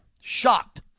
Shocked